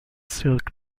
silk